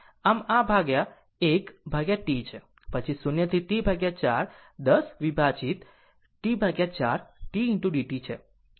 આમ આ ભાગ 1 ભાગ્યા T છે પછી 0 થી T 4 10 વિભાજિત T 4 tdt